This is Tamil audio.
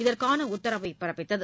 இதற்கான உத்தரவை பிறப்பித்தது